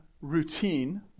routine